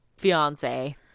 fiance